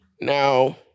Now